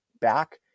back